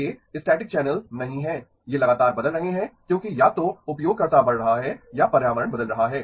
ये static channel नहीं हैं ये लगातार बदल रहे हैं क्योंकि या तो उपयोगकर्ता बढ़ रहा है या पर्यावरण बदल रहा है